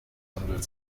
handelt